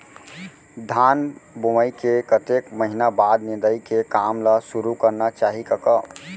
धान बोवई के कतेक महिना बाद निंदाई के काम ल सुरू करना चाही कका?